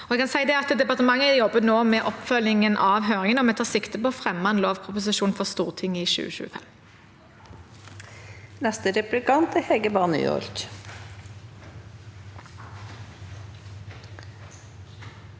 Departementet jobber nå med oppfølgingen av høringen, og vi tar sikte på å fremme en lovproposisjon for Stortinget i 2025. Hege Bae Nyholt